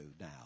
now